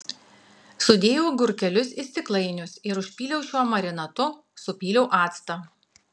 sudėjau agurkėlius į stiklainius ir užpyliau šiuo marinatu supyliau actą